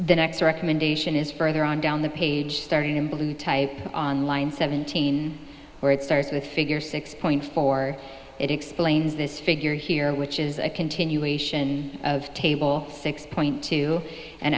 the next recommendation is further on down the page starting in blue type on line seventeen where it starts with figure six point four it explains this figure here which is a continuation of table six point two and